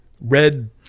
Red